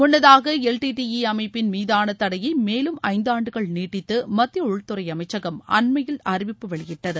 முன்னதாக L T T E அமைப்பின் மீதான தடையை மேலும் ஐந்தாண்டுகள் நீட்டித்து மத்திய உள்துறை அமைச்சகம் அண்மையில் அறிவிப்பு வெளியிட்டது